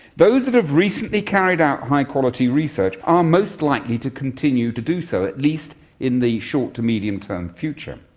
those that have recently carried out high quality research are most likely to continue to do so, at least in the short to medium term future.